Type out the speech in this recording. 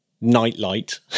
nightlight